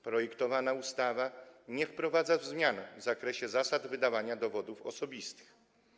Projektowana ustawa nie wprowadza zmian w zakresie wydawania dowodów osobistych.